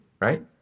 right